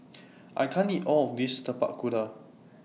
I can't eat All of This Tapak Kuda